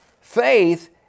faith